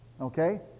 Okay